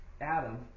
Adam